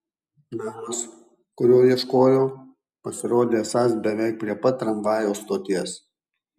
namas kurio ieškojau pasirodė esąs beveik prie pat tramvajaus stoties